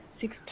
six